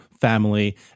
family